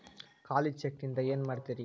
ಖಾಲಿ ಚೆಕ್ ನಿಂದ ಏನ ಮಾಡ್ತಿರೇ?